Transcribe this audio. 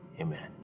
Amen